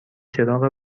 چراغ